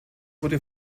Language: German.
wurde